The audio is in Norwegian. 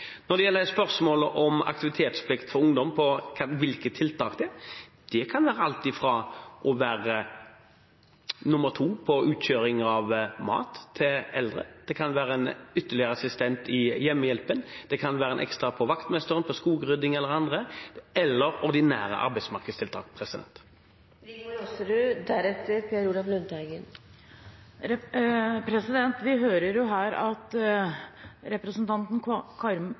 Når det gjelder spørsmålet om aktivitetsplikt for ungdom og hvilke tiltak det er, kan det være alt fra å være nr. 2 på utkjøring av mat til eldre, det kan være en ytterligere assistent i hjemmehjelpstjenesten, det kan være en ekstra vaktmester, skogrydding eller andre ting, eller ordinære arbeidsmarkedstiltak. Vi hører her at representanten Kambe også ser at ledigheten går opp. Betyr det da at